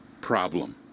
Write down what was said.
problem